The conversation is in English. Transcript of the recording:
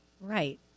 Right